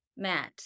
Matt